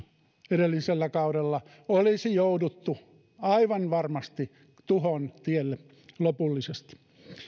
edellisellä kaudella olisi jouduttu aivan varmasti tuhon tielle lopullisesti